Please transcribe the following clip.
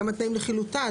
גם התנאים לחילוטה,